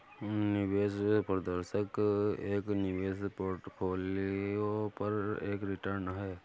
निवेश प्रदर्शन एक निवेश पोर्टफोलियो पर एक रिटर्न है